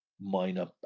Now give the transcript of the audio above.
minor